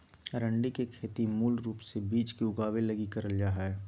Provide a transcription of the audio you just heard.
अरंडी के खेती मूल रूप से बिज के उगाबे लगी करल जा हइ